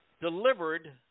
delivered